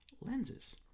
lenses